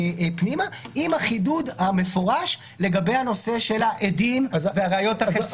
עם החידוד המפורש לגבי הנושא של העדים והראיות החפציות.